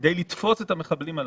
כדי לתפוס את המחבלים הללו.